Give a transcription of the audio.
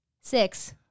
six